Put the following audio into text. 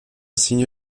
signe